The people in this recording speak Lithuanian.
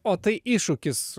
o tai iššūkis